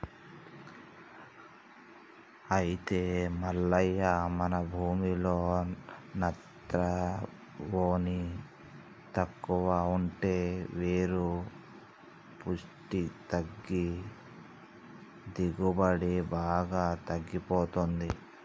అయితే మల్లయ్య మన భూమిలో నత్రవోని తక్కువ ఉంటే వేరు పుష్టి తగ్గి దిగుబడి బాగా తగ్గిపోతుంది